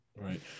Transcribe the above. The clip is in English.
Right